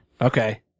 Okay